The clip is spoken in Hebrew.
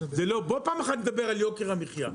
פה פעם אחת נדבר על יוקר המחייה.